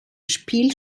spiel